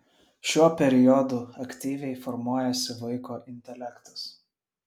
šiuo periodu aktyviai formuojasi vaiko intelektas